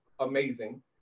amazing